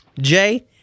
Jay